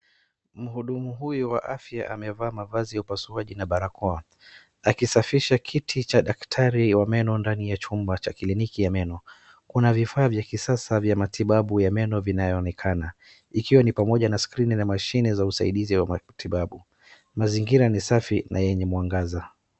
Mhudumu huyu wa afya amevaa mavazi ya upasuaji na barakoa, akisafisha kiti cha daktari wa meno ndani ya chumba cha kliniki ya meno. Kuna vifaa vya kisasa vya matibabu ya meno vinayo onekana. Ikiwa ni skirini na mashine za usaidizi ya matibau. mazingira ni safi na yenye mwangaza.